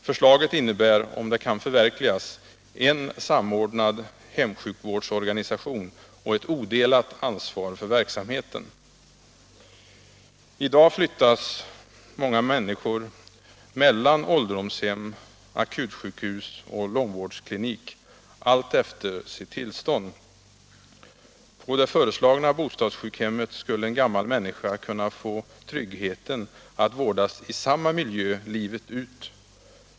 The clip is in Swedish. Förslaget innebär, om det kan förverkligas, en samordnad hemsjukvårdsorganisation och ett odelat ansvar för verksamheten. I dag flyttas många människor mellar ålderdomshem, akutsjukhus och långvårdsklinik alltefter sitt tillstånd. På det föreslagna bostadssjukhemmet skulle en gammal människa kunna få tryggheten att vårdas i samma miljö livet ut.